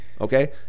Okay